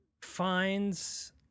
finds